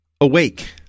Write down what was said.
Awake